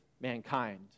mankind